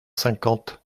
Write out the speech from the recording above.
cinquante